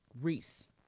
Reese